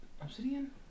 Obsidian